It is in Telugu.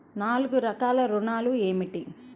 నాలుగు రకాల ఋణాలు ఏమిటీ?